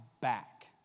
back